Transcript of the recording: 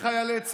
לחיילי צה"ל,